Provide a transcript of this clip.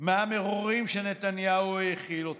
מהמרורים שנתניהו האכיל אתכם,